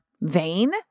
vain